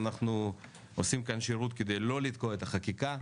אנחנו עושים כאן שירות כדי לא לתקוע את החקיקה.